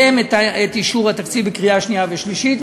את אישור התקציב בקריאה שנייה ושלישית,